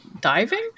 diving